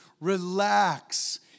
Relax